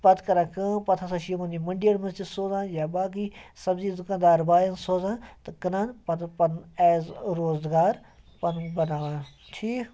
پَتہٕ کران کٲم پَتہٕ ہَسا چھِ یِمَن یِم مٔنٛڈِیَن منٛز تہِ سوزان یا باقٕے سَبزی یُس دُکاندار بایَن سوزان تہٕ کٕنان پَتہٕ پَنُن ایز روزگار پَنُن بَناوان ٹھیٖک